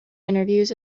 interviews